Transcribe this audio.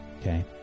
Okay